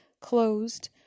closed